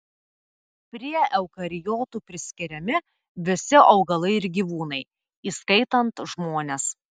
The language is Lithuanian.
prie eukariotų priskiriami visi augalai ir gyvūnai įskaitant žmones